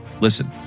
listen